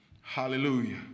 Hallelujah